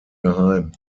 geheim